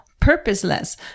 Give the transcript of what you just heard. purposeless